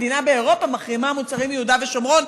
מדינה באירופה מחרימה מוצרים מיהודה ושומרון.